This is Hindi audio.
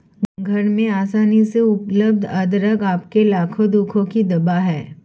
घर में आसानी से उपलब्ध अदरक आपके लाखों दुखों की दवा है